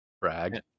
brag